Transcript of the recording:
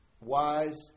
wise